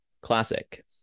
classic